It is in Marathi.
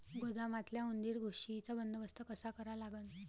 गोदामातल्या उंदीर, घुशीचा बंदोबस्त कसा करा लागन?